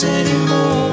anymore